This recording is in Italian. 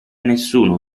nessuno